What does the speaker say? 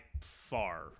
far